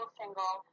single